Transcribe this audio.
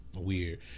weird